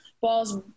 balls